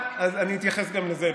אני אתייחס גם לזה,